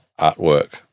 artwork